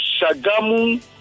Shagamu